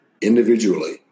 individually